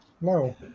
No